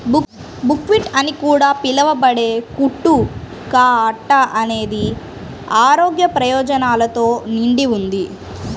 buckwheat అని కూడా పిలవబడే కుట్టు కా అట్ట అనేది ఆరోగ్య ప్రయోజనాలతో నిండి ఉంది